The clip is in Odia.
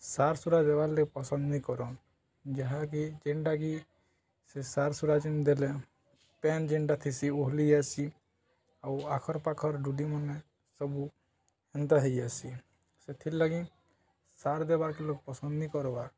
ସାର୍ ସୁରା ଦେବାର୍ ଲାଗ ପସନ୍ଦ ନେଇି କରନ୍ ଯାହାକି ଯେନ୍ଟାକି ସେ ସାର୍ ସୁରା ଯେନ୍ ଦେଲେ ପେନ୍ ଯେନ୍ଟା ଥିସି ଓହଲି ଆସି ଆଉ ଆଖର ପାଖର ଡୁଡ଼ି ମନେ ସବୁ ହେନ୍ତା ହେଇ ଆସି ସେଥିର୍ଲାଗି ସାର୍ ଦେବାର୍କେ ଲ ପସନ୍ଦ ନେଇି କରବାର୍